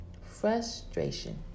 Frustration